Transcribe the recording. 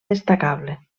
destacable